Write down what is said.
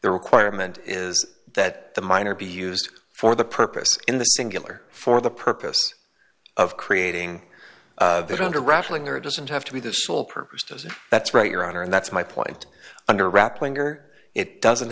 requirement is that the minor be used for the purpose in the singular for the purpose of creating there under raffling or doesn't have to be the sole purpose just that's right your honor and that's my point under wrap linger it doesn't